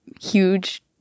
huge